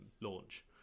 launch